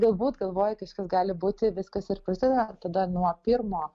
galbūt galvoju kažkas gali būti viskas ir prasideda tada nuo pirmo